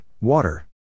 water